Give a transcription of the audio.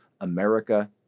America